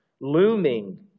looming